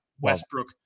Westbrook